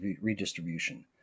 redistribution